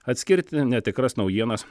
atskirti netikras naujienas